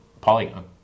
polygon